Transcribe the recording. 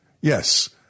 yes